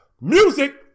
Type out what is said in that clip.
Music